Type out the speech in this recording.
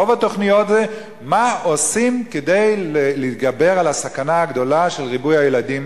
רוב התוכניות הן מה עושים כדי להתגבר על הסכנה הגדולה של ריבוי הילדים